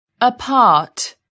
Apart